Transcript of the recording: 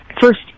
first